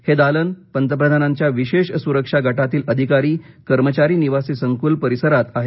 हे दालन पंतप्रधानांच्या विशेष सुरक्षा गटातील अधिकारी कर्मचारी निवासी संकुल परिसरात आहे